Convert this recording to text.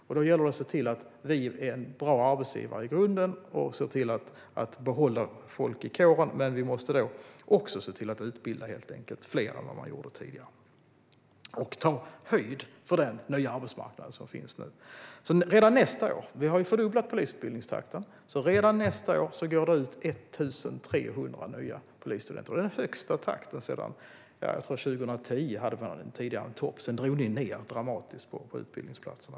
Då gäller det att se till att vara en bra arbetsgivare för att kunna behålla folk i kåren. Men man behöver helt enkelt också utbilda fler än vad man gjorde tidigare och ta höjd för den nya arbetsmarknad som finns nu. Vi har fördubblat polisutbildningstakten, så redan nästa år går det ut 1 300 nya polisstudenter. Det är den högsta takten sedan 2010, då det var en topp. Sedan drog ni dramatiskt ned på antalet utbildningsplatser.